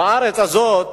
בארץ הזאת,